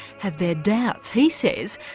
has their doubts. he says,